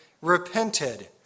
repented